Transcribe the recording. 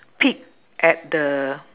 peek at the